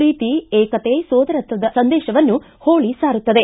ಪ್ರೀತಿ ಏಕತೆ ಸೋದರತ್ವದ ಸಂದೇಶವನ್ನು ಹೋಳಿ ಸಾರುತ್ತದೆ